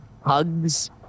hugs